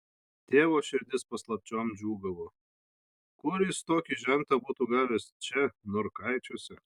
tėvo širdis paslapčiom džiūgavo kur jis tokį žentą būtų gavęs čia norkaičiuose